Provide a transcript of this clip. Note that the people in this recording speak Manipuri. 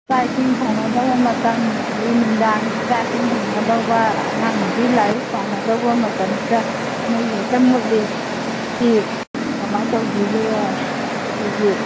ꯆꯥꯛ ꯏꯁꯤꯡ ꯊꯣꯡꯅꯗꯧꯕ ꯃꯇꯝ ꯑꯗꯒꯤ ꯅꯨꯡꯗꯥꯡꯒꯤ ꯆꯥꯛ ꯏꯁꯤꯡ ꯊꯣꯡꯅꯗꯧꯕ ꯑꯉꯥꯡꯅꯨꯄꯤ ꯂꯥꯏꯔꯤꯛ ꯄꯥꯅꯗꯧꯕ ꯃꯇꯝꯗꯁꯤꯗ ꯃꯩꯁꯦ ꯍꯦꯛꯇ ꯃꯨꯠꯂꯤ ꯁꯤ ꯀꯃꯥꯏꯅ ꯇꯧꯁꯤꯒꯦ ꯑꯗꯨꯒꯤ